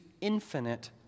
infinite